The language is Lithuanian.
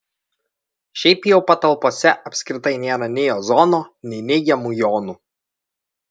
šiaip jau patalpose apskritai nėra nei ozono nei neigiamų jonų